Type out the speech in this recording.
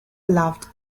loved